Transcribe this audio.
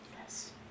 Yes